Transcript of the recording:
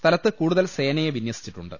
സ്ഥലത്ത് കൂടു തൽ സേനയെ വിന്യ സിച്ചിട്ടുണ്ട്